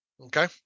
Okay